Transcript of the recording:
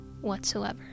whatsoever